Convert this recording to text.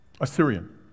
Assyrian